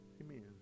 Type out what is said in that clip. Amen